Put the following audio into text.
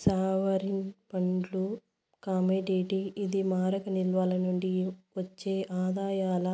sovereign ఫండ్లు commodity ఇది మారక నిల్వల నుండి ఒచ్చే ఆదాయాల